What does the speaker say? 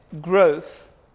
growth